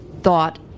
thought